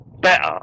better